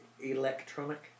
electronic